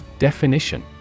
Definition